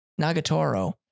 Nagatoro